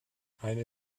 eine